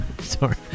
sorry